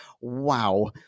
wow